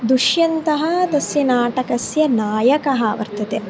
दुष्यन्तः तस्य नाटकस्य नायकः वर्तते